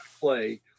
play